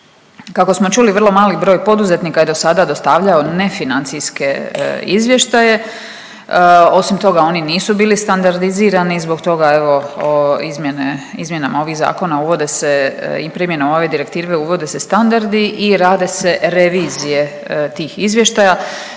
Kako smo čuli vrlo mali broj poduzetnika je do sada dostavljao ne financijske izvještaje, osim toga oni nisu bili standardizirani zbog toga evo izmjenama ovih zakona uvode se i primjena ove direktive uvode se standardi i rade se revizije tih izvještaja.